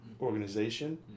organization